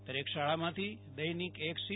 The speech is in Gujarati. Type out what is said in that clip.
દરેક શાળામાંથી દૈનિક એક સી